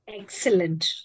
Excellent